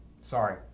sorry